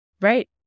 Right